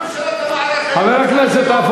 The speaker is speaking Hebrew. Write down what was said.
גם ממשלות המערך היו גזעניות,